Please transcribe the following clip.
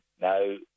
no